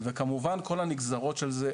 וכמובן את כל הנגזרות של זה,